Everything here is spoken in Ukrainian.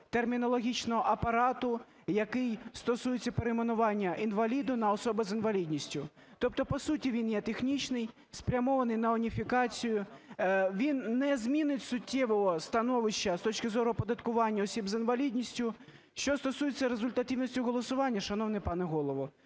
термінологічного апарату, який стосується перейменування "інваліду" на "особу з інвалідністю". Тобто, по суті, він є технічний, спрямований на уніфікацію, він не змінить суттєвого становища з точки зору оподаткування осіб з інвалідністю. Що стосується результативності голосування. Шановний пане Голово,